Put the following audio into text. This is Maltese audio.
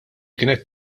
kienet